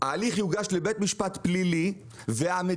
ההליך יוגש לבית משפט פלילי והמדינה